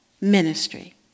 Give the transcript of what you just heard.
ministry